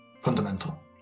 Fundamental